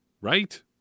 Right